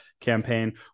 campaign